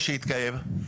שהתקיים?